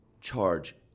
charge